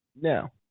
now